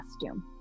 costume